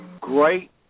great